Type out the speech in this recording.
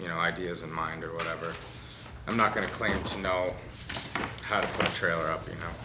you know ideas in mind or whatever i'm not going to claim to know how to trailer up